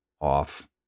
off